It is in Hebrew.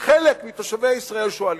שחלק מתושבי ישראל שואלים.